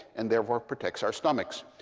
and therefore protects our stomachs.